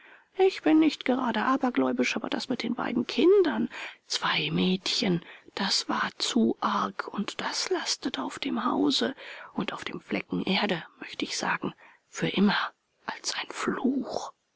ich bin nicht gerade abergläubisch aber das mit den beiden kindern zwei mädchen das war zu arg und das lastet auf dem hause und auf dem flecken erde möchte ich sagen für immer als ein fluch